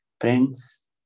friends